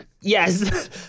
Yes